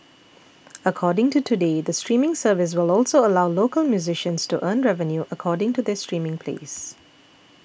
according to Today the streaming service will also allow local musicians to earn revenue according to their streaming plays